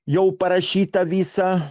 jau parašyta visą